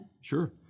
Sure